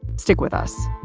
stick with us.